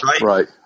Right